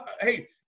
Hey